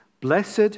Blessed